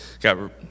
got